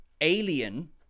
Alien